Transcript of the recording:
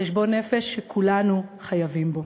חשבון נפש שכולנו חייבים בו.